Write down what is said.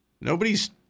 Nobody's